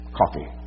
coffee